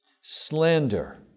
slander